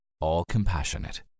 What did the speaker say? all-compassionate